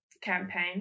campaign